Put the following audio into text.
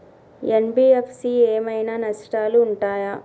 NBFC ఏమైనా నష్టాలు ఉంటయా?